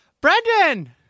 Brendan